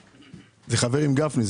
חבר עם גפני.